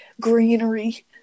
greenery